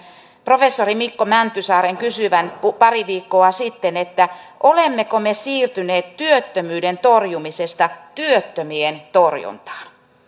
professori mikko mäntysaaren kysyvän pari viikkoa sitten että olemmeko me siirtyneet työttömyyden torjumisesta työttömien torjuntaan